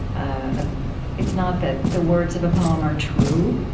ah it's not that the words of a poem are true,